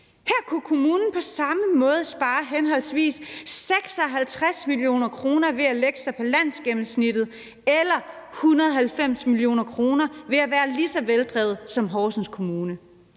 Her kunne kommunen på samme måde spare henholdsvis 56 mio. kr. ved at lægge sig på landsgennemsnittet og 190 mio. kr. ved at være lige så veldrevet som Horsens Kommune.